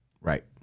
Right